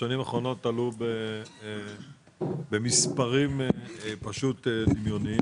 בשנים האחרונות עלו במספרים פשוט דמיוניים,